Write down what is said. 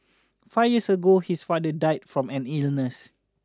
five years ago his father died from an illness